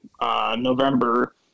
November